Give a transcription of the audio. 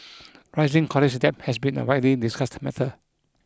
rising college debt has been a widely discussed matter